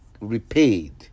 repaid